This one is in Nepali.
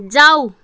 जाऊ